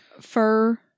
Fur